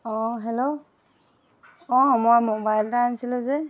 অঁ হেল্ল' অঁ মই মোবাইল এটা আনিছিলোঁ যে